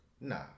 Nah